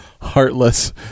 heartless